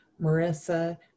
Marissa